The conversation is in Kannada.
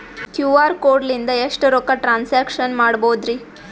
ಕ್ಯೂ.ಆರ್ ಕೋಡ್ ಲಿಂದ ಎಷ್ಟ ರೊಕ್ಕ ಟ್ರಾನ್ಸ್ಯಾಕ್ಷನ ಮಾಡ್ಬೋದ್ರಿ?